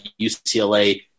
UCLA